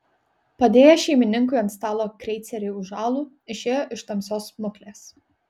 padėjęs šeimininkui ant stalo kreicerį už alų išėjo iš tamsios smuklės